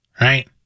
right